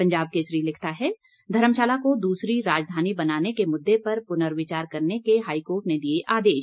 पंजाब केसरी लिखता है धर्मशाला को दूसरी राजधानी बनाने के मुददे पर पुनर्विचार करने के हाईकोर्ट ने दिए आदेश